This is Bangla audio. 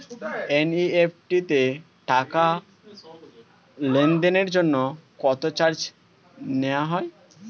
এন.ই.এফ.টি তে টাকা লেনদেনের জন্য কত চার্জ নেয়া হয়?